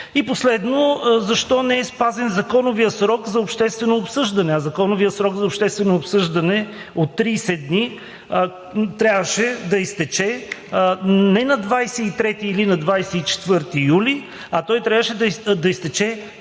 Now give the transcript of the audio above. И последно, защо не е спазен законовият срок за обществено обсъждане? А законовият срок за обществено обсъждане от 30 дни трябваше да изтече не на 23 или на 24 юли, а трябваше да изтече